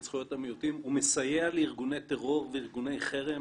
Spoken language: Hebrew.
זכויות המיעוטים ומסייע לארגוני טרור וארגוני חרם